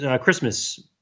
Christmas